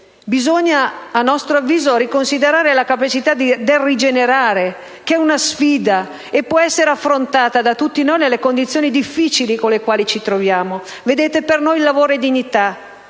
bisogna, a nostro avviso, riconsiderare la capacità del rigenerare, ed è una sfida che può essere affrontata da tutti noi nelle condizioni difficili nelle quali ci troviamo. Vedete, per noi il lavoro è dignità,